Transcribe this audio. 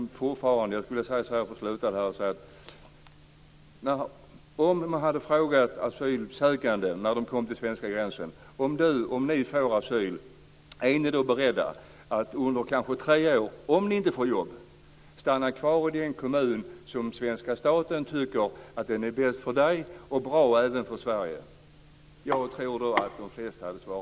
Jag tror att de flesta asylsökande vid den svenska gränsen skulle svara ja på frågan om de vid asyl skulle vara beredda att under tre år, om de inte får jobb, stanna kvar i den kommun som svenska staten tycker är bäst för dem och även skulle vara bra för